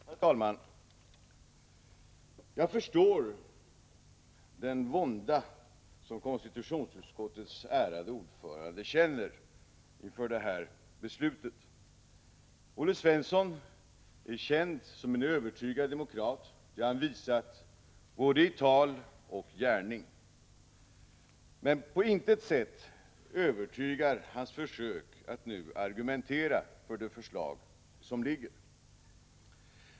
Herr talman! Jag förstår den vånda som konstitutionsutskottets ärade ordförande känner inför detta beslut. Olle Svensson är känd som en övertygad demokrat. Det har han visat både i tal och i gärning. Men på intet sätt övertygar hans försök att nu argumentera för det förslag som ligger.